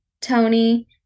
Tony